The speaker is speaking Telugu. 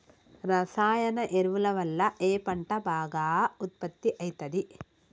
రసాయన ఎరువుల వల్ల ఏ పంట బాగా ఉత్పత్తి అయితది?